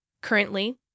Currently